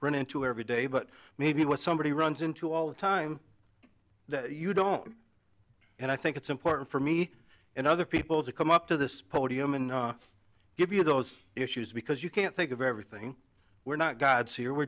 run into every day but maybe what somebody runs into all the time that you don't and i think it's important for me and other people to come up to this podium and give you those issues because you can't think of everything we're not gods here we're